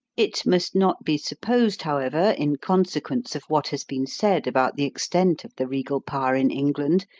it must not be supposed, however, in consequence of what has been said about the extent of the regal power in england,